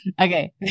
okay